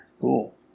Cool